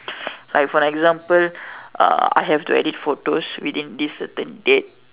like for example uh I have to edit photos within this certain date